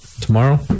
Tomorrow